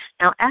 Now